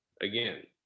again